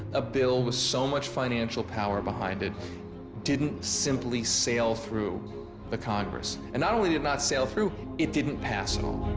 a bill with so much financial power behind it didn't simply sail through the congress. and not only did it not sail through, it didn't pass at all.